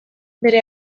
bere